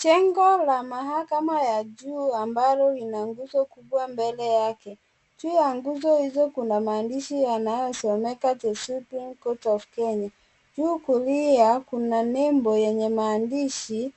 Jengo la mahakama ya juu ambalo lina nguzo kubwa mbele yake. Juu ya nguzo hizo kuna maandishi yanayosomeka The Supreme Court of Kenya . Juu kulia kuna nembo yenye maandishi